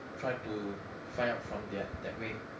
tried to find out from that that way